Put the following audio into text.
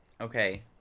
Okay